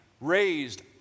raised